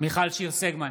מיכל שיר סגמן,